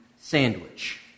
sandwich